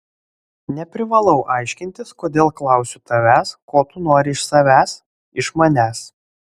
neprivalau aiškintis kodėl klausiu tavęs ko tu nori iš savęs iš manęs